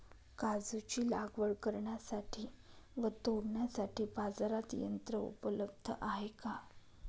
काजूची लागवड करण्यासाठी व तोडण्यासाठी बाजारात यंत्र उपलब्ध आहे का?